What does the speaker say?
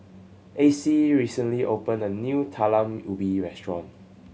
Acey recently opened a new Talam Ubi restaurant